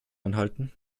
anhalten